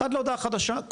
עד להודעה חדשה,